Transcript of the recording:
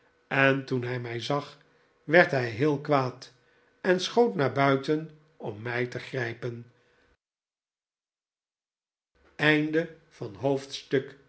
en toen hij mij zag werd hij heel kwaad en schoot naar buiten om mij te grijpen hoofdstuk